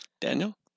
daniel